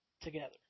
together